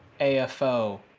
AFO